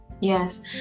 yes